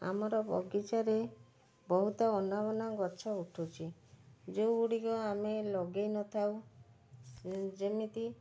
ଆମର ବଗିଚାରେ ବହୁତ ଅନାବନା ଗଛ ଉଠୁଛି ଯେଉଁଗୁଡ଼ିକ ଆମେ ଲଗାଇନଥାଉ ଯେମିତି